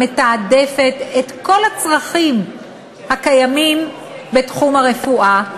מתעדפת את כל הצרכים הקיימים בתחום הרפואה,